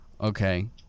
Okay